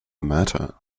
matter